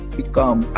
become